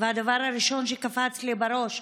והדבר הראשון שקפץ לי לראש: